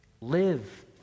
Live